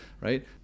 right